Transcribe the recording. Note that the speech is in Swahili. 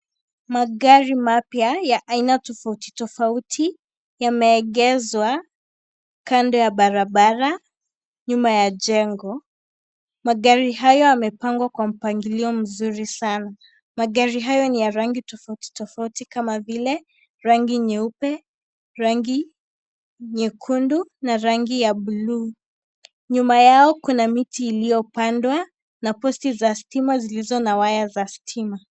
Magari mapya ya aina tofauti tofauti yameegeshwa kando ya barabara nyuma ya jengo. Magari haya yamepangwa Kwa mpangilio mzuri sana na magari haya ni ya rangi tofauti tofauti kama vile rangi nyeupe, rangi nyekundu na rangi ya bUluu. Nyuma Yao kuna miti iliyopandwa na {cs}posti {cs} za stima zilizo na waya za stima.